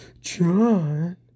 John